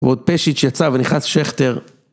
ועוד פשט שיצא ונכנס שכתר.